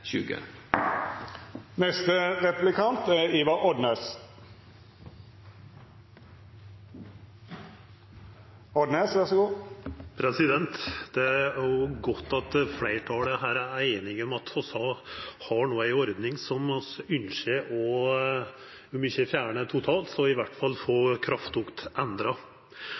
Det er godt at fleirtalet her er einige om at vi no har ei ordning som vi ynskjer å fjerna – om ikkje totalt, så i alle fall få kraftig endra.